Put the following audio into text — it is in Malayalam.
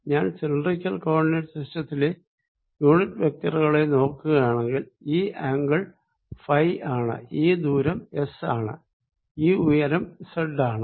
ഞാൻ സിലിണ്ടറിക്കൽ കോ ഓർഡിനേറ്റ് സിസ്റ്റത്തിലെ യൂണിറ്റ് വെക്റ്ററുകളെ നോക്കുകയാണെങ്കിൽ ഈ ആംഗിൾ ഫൈ ആണ് ഈ ദൂരം എസ് ആണ്ഈ ഉയരം സെഡ് ആണ്